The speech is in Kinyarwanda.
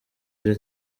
iri